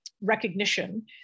recognition